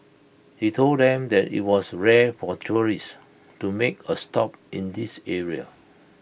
he told them that IT was rare for tourists to make A stop in this area